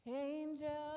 angel